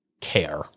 care